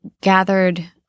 gathered